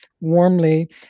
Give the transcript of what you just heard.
warmly